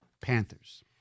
Panthers